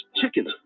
chickens